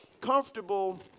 comfortable